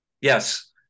Yes